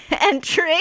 entry